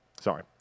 Sorry